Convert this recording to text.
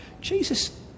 Jesus